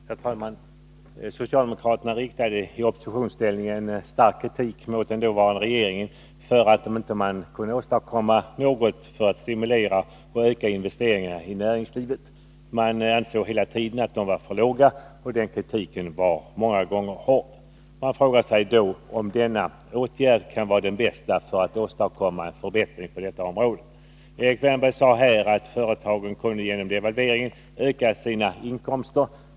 Herr talman! Socialdemokraterna riktade i oppositionsställning en stark kritik mot dåvarande regering för att den inte kunde åstadkomma något för att stimulera och öka investeringarna i näringslivet. Socialdemokraterna ansåg hela tiden att de var för små, och kritiken var många gånger hård. Jag frågar mig om den nu föreslagna åtgärden kan vara den bästa för att åstadkomma en förbättring på detta område. Erik Wärnberg sade att företagen genom devalveringen kunnat öka sina inkomster.